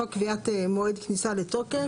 חוק קביעת מועד כניסה לתוקף,